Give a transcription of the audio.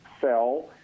sell